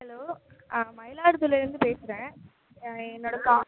hello மயிலாதுறைலேருந்து பேசுகிறேன் என்னோட கா